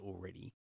already